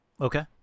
Okay